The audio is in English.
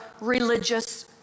religious